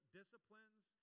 disciplines